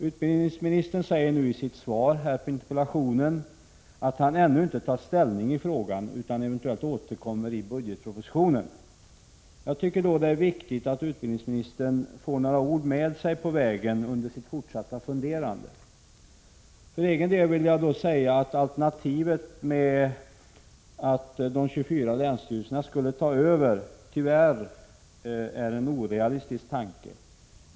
Utbildningsministern säger nu i sitt interpellationssvar att han ännu inte tagit ställning i frågan utan eventuellt återkommer i budgetpropositionen. Jag tycker mot den bakgrunden att det är viktigt att utbildningsministern får några ord att ta med sig under sitt fortsatta funderande. För egen del vill jag säga att alternativet att de 24 länsstyrelserna skulle ta över det här ansvaret tyvärr är orealistiskt.